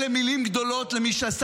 אתה אמרת באחד הנאומים שיש חזית